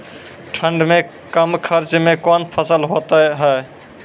ठंड मे कम खर्च मे कौन फसल होते हैं?